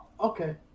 Okay